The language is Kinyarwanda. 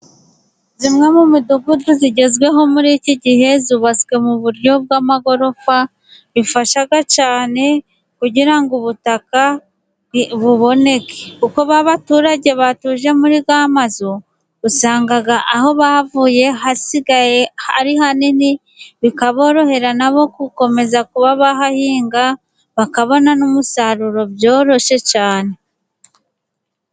Imwe mu midugudu igezweho muri iki gihe yubatswe mu buryo bw'amagorofa, bifasha cyane kugira ngo ubutaka buboneke kuko ba baturage batuje muri ya mazu usanga aho bavuye hasigaye ari hanini, bikaborohera n'abo gukomeza kuba bahahinga, bakabona n'umusaruro byoroshye cyane.